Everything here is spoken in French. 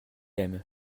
aime